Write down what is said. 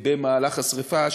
במהלך השרפה,